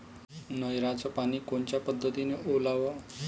नयराचं पानी कोनच्या पद्धतीनं ओलाव?